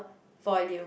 volume